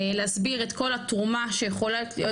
להסביר את כל התרומה שיכולה להיות,